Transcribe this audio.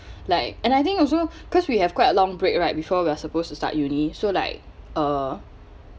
like and I think also cause we have quite a long break right before we are supposed to start uni so like uh